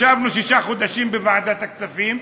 ישבנו שישה חודשים בוועדת הכספים,